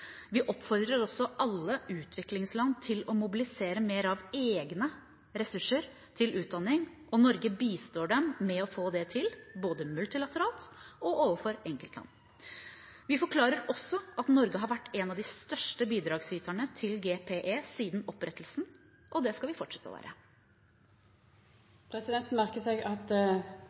Vi oppfordrer også alle utviklingsland til å mobilisere mer av egne ressurser til utdanning, og Norge bistår dem med å få det til, både multilateralt og overfor enkeltland. Vi forklarer også at Norge har vært en av de største bidragsyterne til GPE siden opprettelsen, og det skal vi fortsette med å være. Presidenten merkar seg at